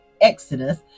Exodus